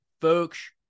folks